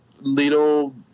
little